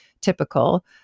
typical